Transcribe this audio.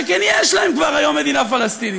שכן יש להם כבר היום מדינה פלסטינית,